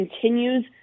continues